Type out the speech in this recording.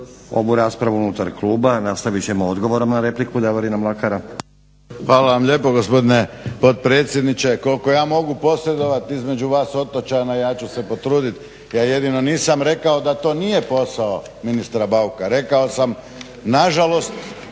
Ovu raspravu unutar kluba nastavit ćemo odgovorom na repliku Davorina Mlakara. **Mlakar, Davorin (HDZ)** Hvala vam lijepo gospodine potpredsjedniče. Koliko ja mogu posredovati između vas otočana ja ću se potruditi. Ja jedino nisam rekao da to nije posao ministra Bauka. Rekao sam nažalost